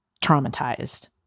traumatized